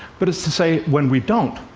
but it's to say, when we don't,